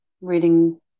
reading